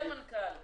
זה מנכ"ל.